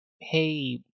hey